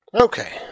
Okay